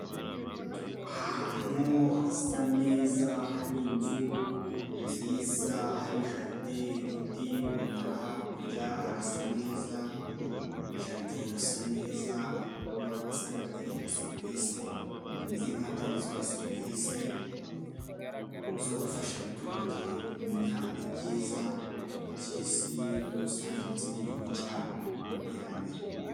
Ahantu hasa neza hari inzu nziza, hari jaride, ibiti, umunara hakurya, harasa neza, jaride irasa neza, abantu ubona basa n'abategereje serivise, hameze nk'ahatangirwa serivise zo gufasha abaturage kumenya ibyiza by'isi muri rusange ndetse n'igihugu cyabo mu iterambere.